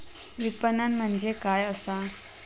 विपणन म्हणजे काय असा?